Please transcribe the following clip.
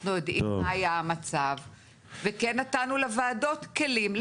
אנחנו יודעים מה היה המצב וכן נתנו לוועדות כלים,